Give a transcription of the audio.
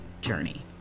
journey